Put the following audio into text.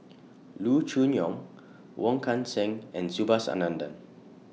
Loo Choon Yong Wong Kan Seng and Subhas Anandan